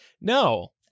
No